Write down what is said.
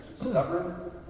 stubborn